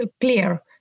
clear